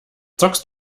zockst